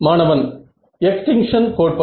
மாணவன் எக்ஸ்டிங்ஷன் கோட்பாடு